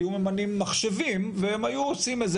היו ממנים מחשבים והם היו עושים איזה